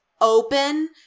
open